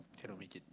cannot make it